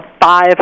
five